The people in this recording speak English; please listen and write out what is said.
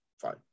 Fine